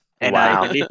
Wow